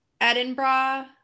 Edinburgh